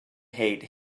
hate